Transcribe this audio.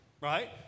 right